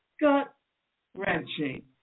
gut-wrenching